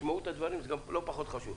תשמעו את הדברים, זה לא פחות חשוב.